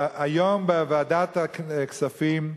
והיום בוועדת הכספים,